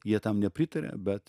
jie tam nepritaria bet